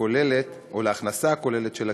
הכוללת או להכנסה הכוללת של הקיבוץ.